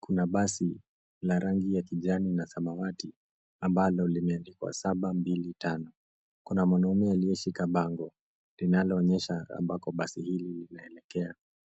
Kuna basi, la rangi ya kijani na samawati, ambalo limeandikwa saba, mbili, tano. Kuna mwanamume aliyeshika bango, linaloonyesha ambako basi hili linaelekea.